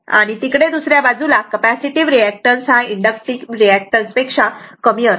आणि तिकडे दुसऱ्या बाजूला कॅपॅसिटीव्ह रिऍक्टन्स इंडक्टिव्ह रिऍक्टन्स हा पेक्षा कमी असतो